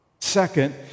Second